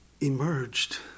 emerged